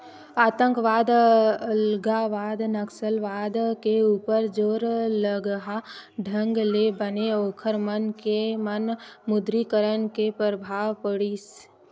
आंतकवाद, अलगावाद, नक्सलवाद के ऊपर जोरलगहा ढंग ले बने ओखर मन के म विमुद्रीकरन के परभाव पड़िस